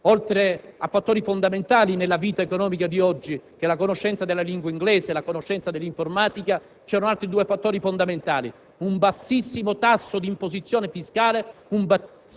oltre a fattori fondamentali nella vita economica di oggi come la conoscenza della lingua inglese e dell'informatica, c'erano altri due fattori essenziali: un bassissimo tasso di imposizione fiscale,